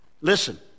listen